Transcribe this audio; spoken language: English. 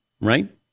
right